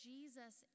Jesus